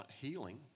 healing